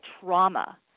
trauma